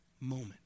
moment